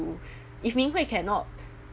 if ming hui cannot